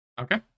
Okay